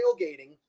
tailgating